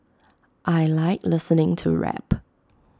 I Like listening to rap